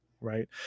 right